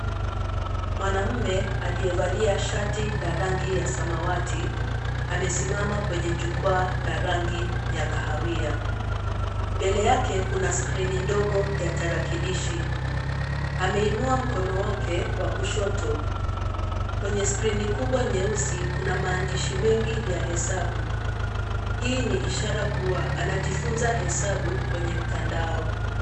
Mwanaume aliyevalia shati la rangi ya samawati amesimama kwenye jukwaa la rangi ya kahawia. Mbele yake kuna skrini ndogo ya tarakilishi. Ameinua mkono wake wa kushoto. Kwenye skrini kubwa nyeusi kuna maandishi mengi ya hesabu. Hii ni ishara kuwa anajifuza hesabu kwenye mtandao.